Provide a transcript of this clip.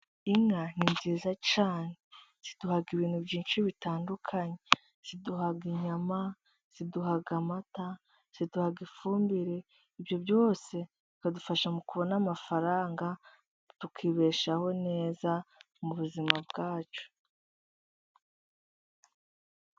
Inka ni nziza cyane. Ziduha ibintu byinshi bitandukanye. Ziduha inyama, ziduha amata, ziduha ifumbire. Ibyo byose bikadufasha mu kubona amafaranga tukibeshaho neza mu buzima bwacu.